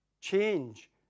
change